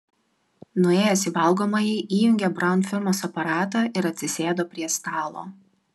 nuėjęs į valgomąjį įjungė braun firmos aparatą ir atsisėdo prie stalo